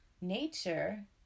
nature